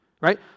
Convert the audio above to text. right